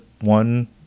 one